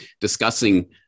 discussing